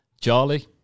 Charlie